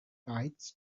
bites